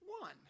one